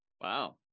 Wow